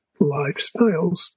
lifestyles